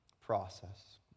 process